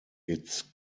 its